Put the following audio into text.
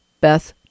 Beth